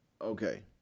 Okay